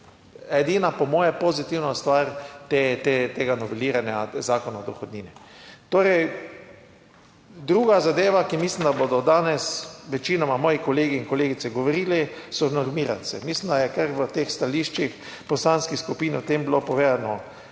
edina, po moje, pozitivna stvar tega noveliranja zakona o dohodnini torej. Druga zadeva, ki mislim, da bodo danes večinoma, moji kolegi in kolegice, govorili so normiranci. Mislim da je kar v teh stališčih poslanskih skupin o tem bilo povedano